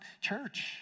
church